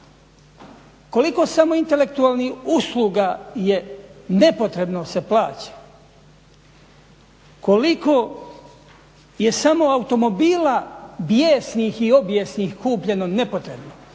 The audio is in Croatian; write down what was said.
koliko samo intelektualnih usluga je nepotrebno se plaća, koliko je samo automobila bijesnih i obijesnih kupljeno nepotrebno.